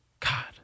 God